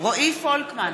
רועי פולקמן,